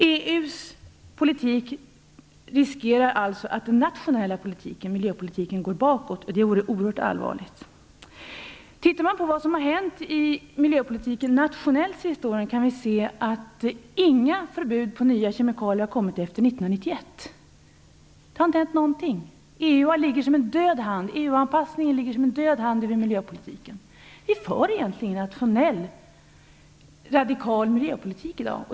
EU:s politik riskerar alltså att leda till att den nationella miljöpolitiken går bakåt. Det vore oerhört allvarligt. Om man tittar på vad som har hänt nationellt i miljöpolitiken de senaste åren kan vi se att inga förbud mot nya kemikalier har kommit efter 1991. Det har inte hänt någonting. EU-anpassningen ligger som en död hand över miljöpolitiken. Vi för egentligen ingen nationell radikal miljöpolitik i dag.